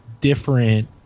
different